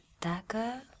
dagger